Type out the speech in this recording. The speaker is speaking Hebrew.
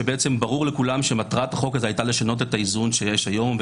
שברור לכולם שמטרת החוק הזה הייתה לשנות את האיזון שיש היום,